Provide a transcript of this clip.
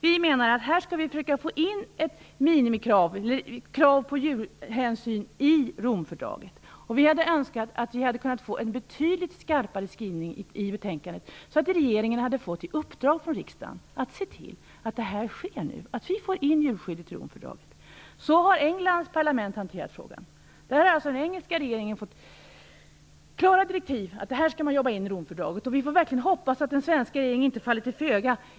Vi menar att vi skall försöka få in ett krav på djurhänsyn i Romfördraget. Vi hade önskat att vi hade kunnat få till stånd en betydligt skarpare skrivning i betänkandet, så att regeringen hade fått i uppdrag från riksdagen att se till att vi nu får in djurskyddet i Romfördraget. Så har Englands parlament hanterat frågan. Den engelska regeringen har fått klara direktiv att se till att det här arbetas in i Romfördraget. Vi får verkligen hoppas att den svenska regeringen inte faller till föga.